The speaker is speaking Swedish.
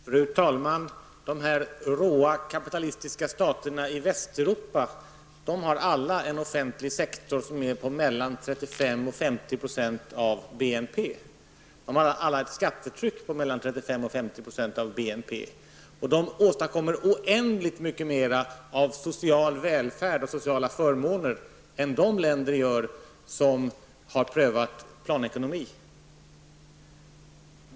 Fru talman! De råa kapitalistiska staterna i Västeuropa har alla en offentlig sektor som motsvarar mellan 35 och 50 % av BNP. De har alla ett skattetryck på mellan 35 och 50 % av BNP. De åstadkommer oändligt mycket mera av social välfärd och sociala förmåner än de länder som har prövat planekonomi.